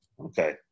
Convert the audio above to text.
okay